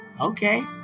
Okay